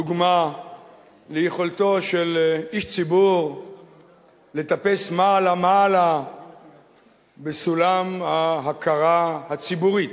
דוגמה ליכולתו של איש ציבור לטפס מעלה-מעלה בסולם ההכרה הציבורית.